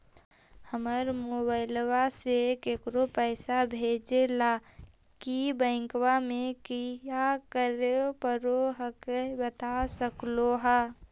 हमरा मोबाइलवा से केकरो पैसा भेजे ला की बैंकवा में क्या करे परो हकाई बता सकलुहा?